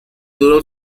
duró